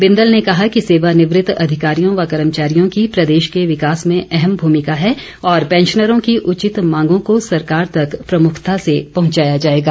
बिंदल ने कहा कि सेवानिवृत अधिकारियों व कर्मचारियों की प्रदेश के विकास में अहम भूमिका है और पैंशनरों की उचित मांगों को सरकार तक प्रमुखता से पहुंचाया जाएगा